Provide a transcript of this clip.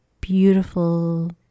beautiful